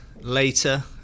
later